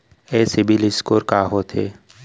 ये CIBIL score का होथे?